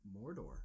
Mordor